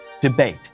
Debate